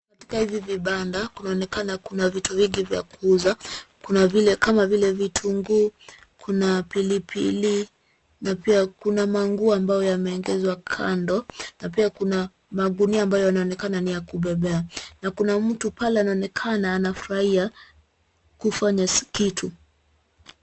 Katika hivi vibanda kunaonekana kuna vitu vingi vya kuuza kuna vile kama vile vitunguu, kuna pilipili na pia kuna manguo ambayo yameongezwa kando na pia kuna magunia ambayo yanaonekana ni ya kubebea na kuna mtu pale anaonekana anafurahia kufanya kitu.